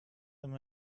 them